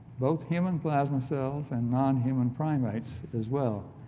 both human plasma cells and nonhuman primates as well,